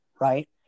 right